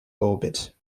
orbit